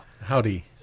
Howdy